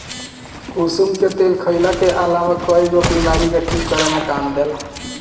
कुसुम के तेल खाईला के अलावा कईगो बीमारी के ठीक करे में काम देला